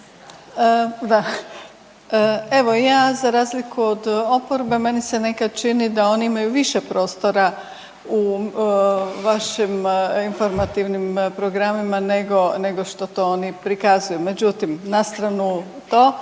Da, evo ja za razliku od oporbe meni se nekad čini da oni imaju više prostora u vašim informativnim programima nego, nego što to oni prikazuju. Međutim, na stranu to.